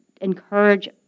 encourage